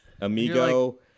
amigo